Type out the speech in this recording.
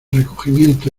recogimiento